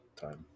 time